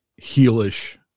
heelish